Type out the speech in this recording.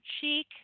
cheek